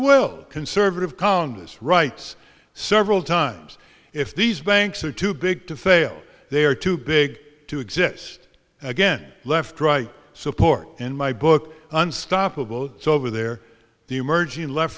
will conservative congress writes several times if these banks are too big to fail they're too big to exist again left right support in my book unstoppable so over there the emerging left